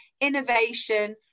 innovation